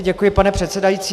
Děkuji, pane předsedající.